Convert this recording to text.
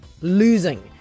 Losing